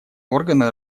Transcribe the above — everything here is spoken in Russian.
органы